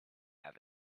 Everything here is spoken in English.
have